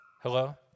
Hello